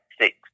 six